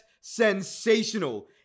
sensational